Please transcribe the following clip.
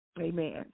Amen